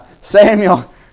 Samuel